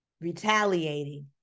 retaliating